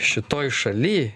šitoj šaly